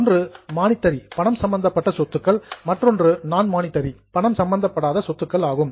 ஒன்று மானிட்டரி பணம் சம்பந்தப்பட்ட சொத்துக்கள் மற்றொன்று நான் மானிட்டரி பணம் சம்பந்தப்படாத சொத்துக்கள் ஆகும்